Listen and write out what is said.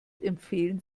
empfehlen